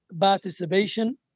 participation